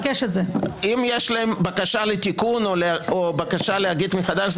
אם יש להם בקשה לתיקון או בקשה להגיד מחדש,